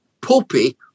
puppy